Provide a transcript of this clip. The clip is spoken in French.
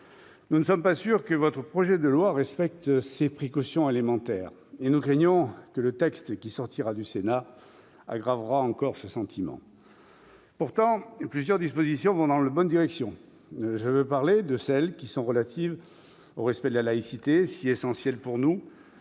Nous ne sommes pas sûrs que votre projet de loi respecte ces précautions élémentaires. Nous craignons que le texte qui sortira du Sénat n'aggrave encore ce sentiment. Pourtant, plusieurs dispositions vont dans la bonne direction. Je pense à celles qui sont relatives au respect de la laïcité, si essentielle pour nous